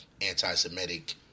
anti-Semitic